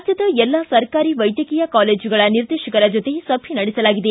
ರಾಜ್ಯದ ಎಲ್ಲಾ ಸರ್ಕಾರಿ ವೈದ್ಯಕೀಯ ಕಾಲೇಜುಗಳ ನಿರ್ದೇಶಕರ ಜೊತೆ ಸಭೆ ನಡೆಸಲಾಗಿದೆ